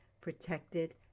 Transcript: protected